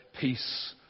Peace